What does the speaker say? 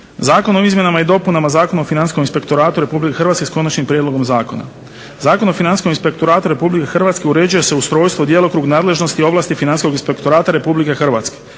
Zakonom o izmjenama i dopunama Zakona o financijskom inspektoratu Republike Hrvatske s konačnim prijedlogom zakona. Zakon o financijskom inspektoratu Republike Hrvatske uređuje se ustrojstvo, djelokrug, nadležnosti i ovlasti financijskog inspektorata Republike Hrvatske.